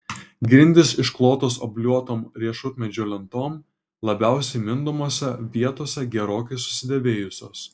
grindys išklotos obliuotom riešutmedžio lentom labiausiai mindomose vietose gerokai susidėvėjusios